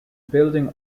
building